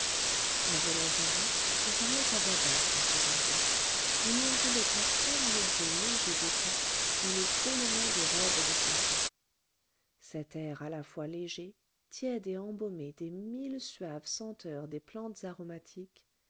involontairement on parlait à voix basse dans ce jardin on y entendait à peine le bruit léger des pas et le frôlement des robes de satin cet air à la fois léger tiède et embaumé des mille suaves senteurs des plantes aromatiques